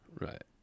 right